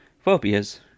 phobias